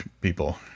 people